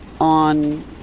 on